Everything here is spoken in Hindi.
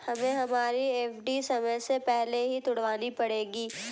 हमें हमारी एफ.डी समय से पहले ही तुड़वानी पड़ेगी